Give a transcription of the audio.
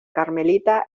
carmelita